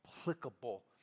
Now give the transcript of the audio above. applicable